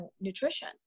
nutrition